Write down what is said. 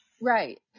Right